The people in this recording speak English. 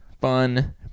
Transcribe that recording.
fun